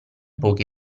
poche